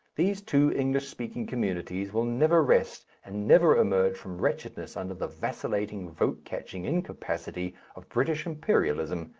these two english-speaking communities will never rest and never emerge from wretchedness under the vacillating vote-catching incapacity of british imperialism,